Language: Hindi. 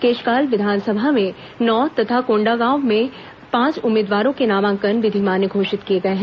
केशकाल विधानसभा में नौ तथा कोंडागांव में पांच उम्मीदवारों के नामांकन विधिमान्य घोषित किए गए हैं